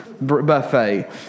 buffet